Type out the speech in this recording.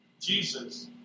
Jesus